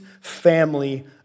family